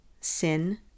sin